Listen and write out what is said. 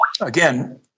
Again